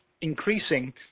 increasing